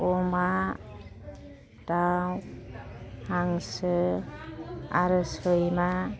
अमा दाउ हांसो आरो सैमा